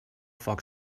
foc